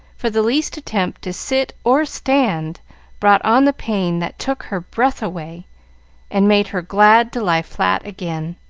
for the least attempt to sit or stand brought on the pain that took her breath away and made her glad to lie flat again.